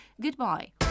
Goodbye